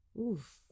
Oof